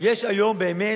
יש היום באמת,